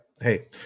Hey